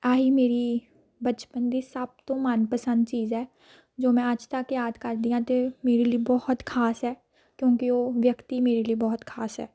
ਆਹੀ ਮੇਰੀ ਬਚਪਨ ਦੀ ਸਭ ਤੋਂ ਮਨਪਸੰਦ ਚੀਜ਼ ਹੈ ਜੋ ਮੈਂ ਅੱਜ ਤੱਕ ਯਾਦ ਕਰਦੀ ਹਾਂ ਅਤੇ ਮੇਰੇ ਲਈ ਬਹੁਤ ਖਾਸ ਹੈ ਕਿਉਂਕਿ ਉਹ ਵਿਅਕਤੀ ਮੇਰੇ ਲਈ ਬਹੁਤ ਖਾਸ ਹੈ